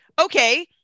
okay